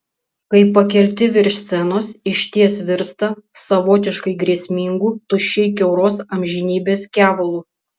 kai pakelti virš scenos išties virsta savotiškai grėsmingu tuščiai kiauros amžinybės kevalu